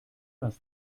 aus